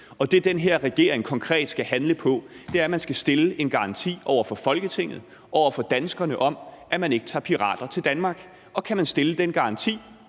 Det, den her regering konkret skal handle på, handler om, at man skal stille en garanti over for Folketinget og over for danskerne om, at man ikke tager pirater til Danmark. Kan man stille den garanti,